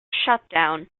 shutdown